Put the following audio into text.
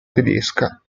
tedesca